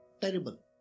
terrible